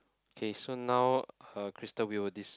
okay so now uh crystal we'll des~